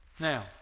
Now